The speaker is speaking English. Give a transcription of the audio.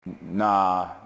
Nah